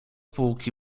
półki